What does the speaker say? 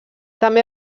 també